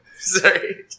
Sorry